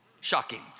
Shocking